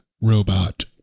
robot